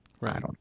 right